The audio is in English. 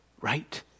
Right